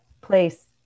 place